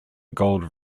gold